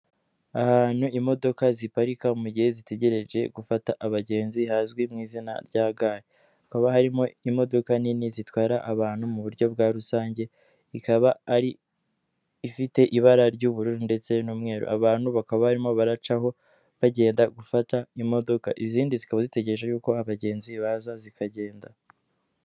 Ahantu imodoka ziparika mu gihe zitegereje gufata abagenzi hazwi mu izina rya gare hakaba harimo imodoka nini zitwara abantu mu buryo bwa rusange ikaba ari ifite ibara ry'ubururu ndetse n'umweru abantu bakaba barimo baracaho bagenda gufata imodoka izindi zikaba zitegereje yuko abagenzi baza zikagenda.